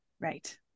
Right